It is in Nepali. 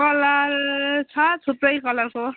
कलर छ थुप्रै कलरको